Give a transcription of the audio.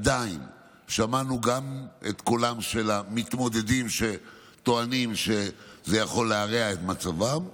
עדיין שמענו גם את קולם של המתמודדים שטוענים שזה יכול להרע את מצבם,